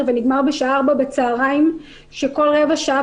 ונגמר בשעה 16:00 בצוהריים כשכל רבע שעה,